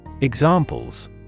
Examples